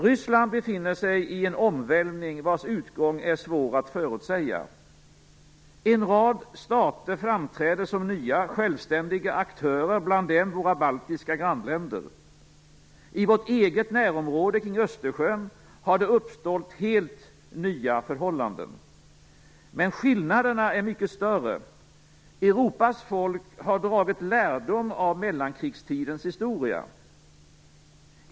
Ryssland befinner sig i en omvälvning vars utgång är svår att förutsäga. En rad stater framträder som nya, självständiga aktörer, bland dem våra baltiska grannländer. I vårt eget närområde kring Östersjön har helt nya förhållanden uppstått. Men skillnaderna är mycket större. Europas folk har dragit lärdom av mellankrigstidens historia.